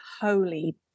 holy